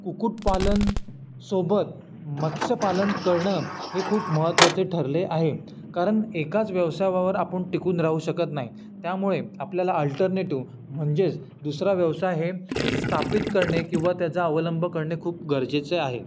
कुक्कुटपालनसोबत मत्स्यपालन करणं हे खूप महत्वाचे ठरले आहे कारण एकाच व्यवसायावर आपण टिकून राहू शकत नाही त्यामुळे आपल्याला अल्टरनेटिव म्हणजेच दुसरा व्यवसाय हे स्थापित करणे किंवा त्याचा अवलंब करणे खूप गरजेचे आहे